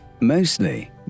Mostly